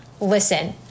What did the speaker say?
listen